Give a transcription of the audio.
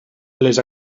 les